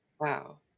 Wow